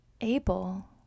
able